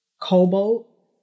cobalt